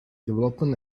development